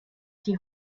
die